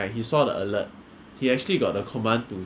like there's less chance 你会被抢劫